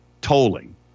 tolling